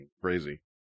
crazy